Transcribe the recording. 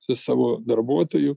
su savo darbuotoju